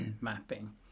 mapping